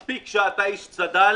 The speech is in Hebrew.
מספיק שאתה איש צד"ל